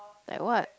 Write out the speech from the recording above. like what